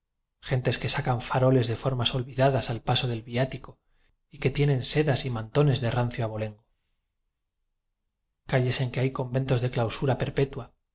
gentes que sacan faroles de formas olvida das al paso del viático y que tienen sedas y mantones de rancio abolengo calles en que hay conventos de clausura perpetua